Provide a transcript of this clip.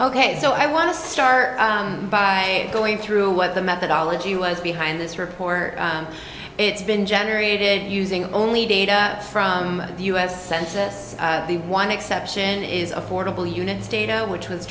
ok so i want to start by going through what the methodology was behind this report it's been generated using only data from the u s census the one exception is affordable units data which was